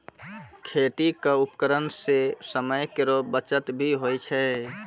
खेती क उपकरण सें समय केरो बचत भी होय छै